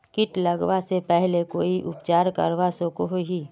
किट लगवा से पहले कोई उपचार करवा सकोहो ही?